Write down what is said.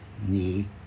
need